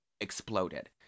exploded